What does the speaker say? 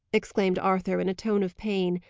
exclaimed arthur, in a tone of pain,